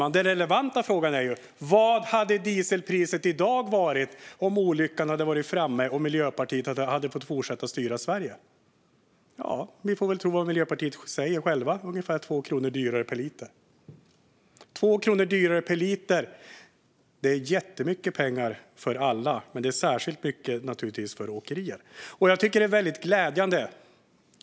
Men den relevanta frågan är: Vad hade dieselpriset i dag varit om olyckan hade varit framme och Miljöpartiet hade fått fortsätta att styra Sverige? Vi får väl tro vad Miljöpartiet självt säger, nämligen ungefär 2 kronor dyrare per liter. Det är jättemycket pengar för alla, men det är särskilt mycket för åkerier, naturligtvis.